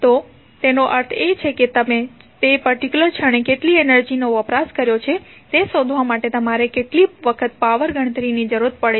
તો તેનો અર્થ એ છે કે તમે તે પર્ટિક્યુલર ક્ષણે કેટલી એનર્જીનો વપરાશ કર્યો છે તે શોધવા માટે તમારે કેટલીક વખત પાવર ગણતરીની જરૂર પડે છે